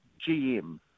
GM